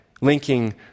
linking